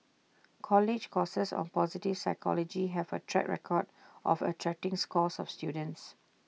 college courses on positive psychology have A track record of attracting scores of students